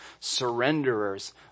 surrenderers